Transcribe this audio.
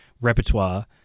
repertoire